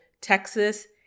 Texas